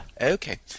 Okay